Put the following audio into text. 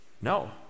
No